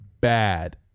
bad